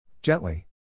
Gently